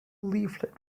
leaflet